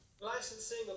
Licensing